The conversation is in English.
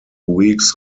weeks